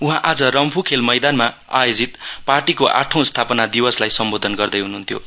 उहाँ आज रम्फू खेल मैदानमा आयोजित पार्टीको आठौं स्थापना दिवसलाई सम्बोधन गर्दै हुन्हुन्थ्यो